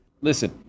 Listen